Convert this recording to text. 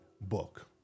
book